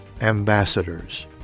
ambassadors